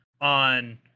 on